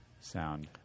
sound